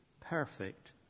perfect